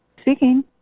Speaking